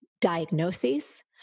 diagnoses